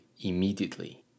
immediately